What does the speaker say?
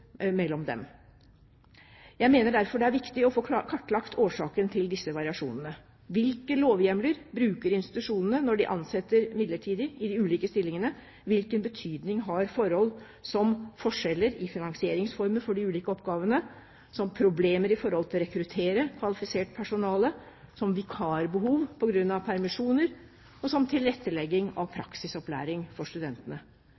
mellom universitetene og mellom høgskolene. Jeg mener derfor det er viktig å få kartlagt årsaken til disse variasjonene. Hvilke lovhjemler bruker institusjonene når de ansetter midlertidig i de ulike stillingene? Hvilken betydning har forhold som forskjeller i finansieringsformer for de ulike oppgavene, problemer i forhold til å rekruttere kvalifisert personale, vikarbehov på grunn av permisjoner og tilrettelegging av